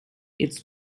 its